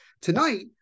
tonight